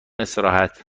استراحت